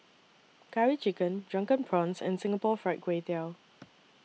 Curry Chicken Drunken Prawns and Singapore Fried Kway Tiao